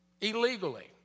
Illegally